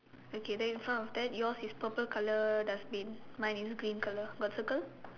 okay then in front of that yours is purple colour dustbin mine is green colour got circle